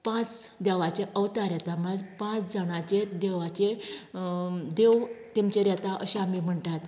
पांच देवाचे अवतार येतात म्हळ्यार पांच जाणांचेर देवाचे देव तेंचेर येता अशें आमी म्हणटात